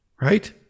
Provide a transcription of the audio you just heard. right